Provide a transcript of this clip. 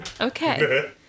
Okay